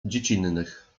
dziecinnych